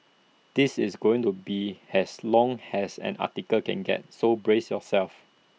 this is going to be as long as an article can get so brace yourself